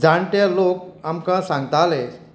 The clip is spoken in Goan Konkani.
जाणटे लोक आमकां सांगताले